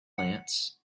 glance